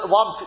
one